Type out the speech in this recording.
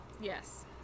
Yes